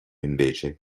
invece